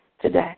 today